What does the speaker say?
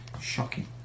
Shocking